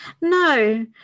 No